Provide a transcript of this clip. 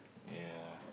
yeah